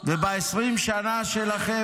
אהוד ברק הציע להם את חיזבאללה --- וב-20 שנה שלכם,